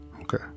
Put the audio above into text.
Okay